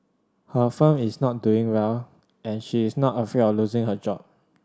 her firm is not doing well and she is not afraid of losing her job